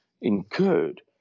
incurred